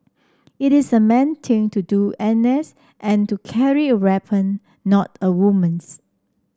it's a man's thing to do N S and to carry a weapon not a woman's